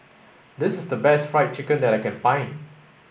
this is the best fried chicken that I can find